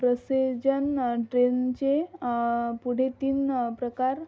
procession ट्रेनचे पुढे तीन प्रकार